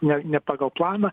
ne ne pagal planą